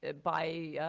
by